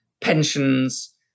pensions